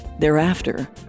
Thereafter